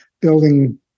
building